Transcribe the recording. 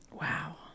wow